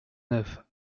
neuf